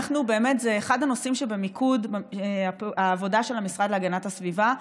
זהו באמת אחד הנושאים שבמיקוד העבודה של המשרד להגנת הסביבה,